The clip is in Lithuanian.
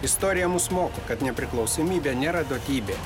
istorija mus moko kad nepriklausomybė nėra duotybė